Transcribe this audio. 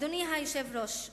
אדוני היושב-ראש,